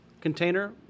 container